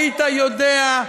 היית יודע.